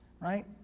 Right